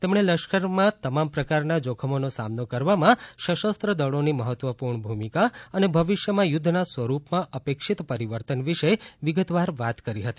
તેમણે લશ્કરમાં તમામ પ્રકારનાં જોખમોનો સામનો કરવામાં સશસ્ત્ર દળોની મહત્વપૂર્ણ ભૂમિકા અને ભવિષ્યમાં યુદ્ધના સ્વરૂપમાં અપેક્ષિત પરિવર્તન વિશે વિગતવાર વાત કરી હતી